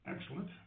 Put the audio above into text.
excellent